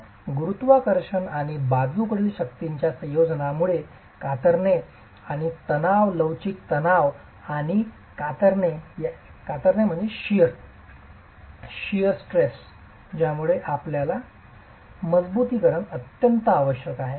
तर गुरुत्वाकर्षण आणि बाजूकडील शक्तींच्या संयोजनामुळे कातरणे आणि तणाव लवचिक तणाव आणि कातरणे यामुळे आपल्याला मजबुतीकरण आवश्यक आहे